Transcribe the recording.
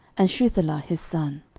and shuthelah his son,